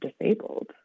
disabled